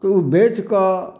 तऽ ओ बेच कऽ